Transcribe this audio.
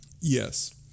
Yes